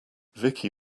vicky